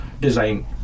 design